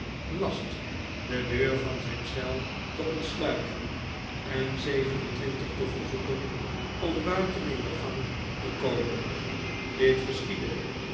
last de deur van zijn eel te ontsluiten en zeven en twintig te verzoeken om buiten in de gang te komen dit geschiedde